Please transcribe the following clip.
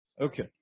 Okay